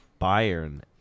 Bayern